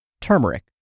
Turmeric